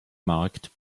markt